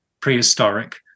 prehistoric